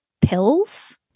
pills